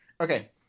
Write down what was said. Okay